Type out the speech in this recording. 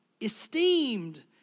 Esteemed